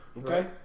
okay